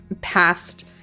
past